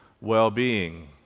well-being